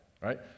right